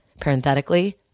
Parenthetically